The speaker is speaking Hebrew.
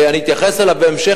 אני אתייחס אליו בהמשך,